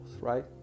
right